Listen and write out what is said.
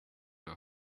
are